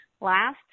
Last